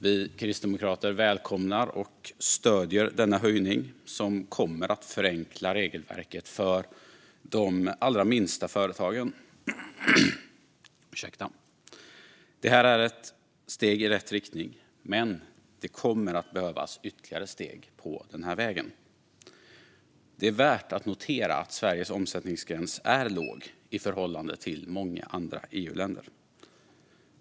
Vi kristdemokrater välkomnar och stöder denna höjning, som kommer att förenkla regelverket för de allra minsta företagen. Det här är ett steg i rätt riktning, men det kommer att behövas ytterligare steg på den här vägen. Det är värt att notera att Sveriges omsättningsgräns är låg i förhållande till många andra EU-länders.